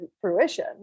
fruition